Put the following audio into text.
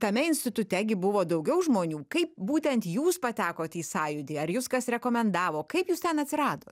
tame institute gi buvo daugiau žmonių kaip būtent jūs patekot į sąjūdį ar jus kas rekomendavo kaip jūs ten atsiradot